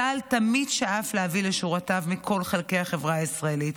"צה"ל תמיד שאף להביא לשורותיו מכל חלקי החברה הישראלית.